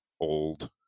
old